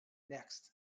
next